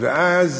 ואז